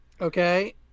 Okay